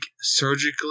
surgically